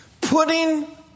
Putting